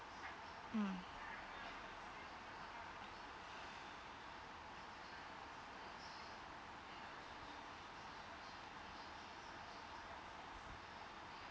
mm